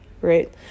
right